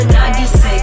96